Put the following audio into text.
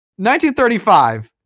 1935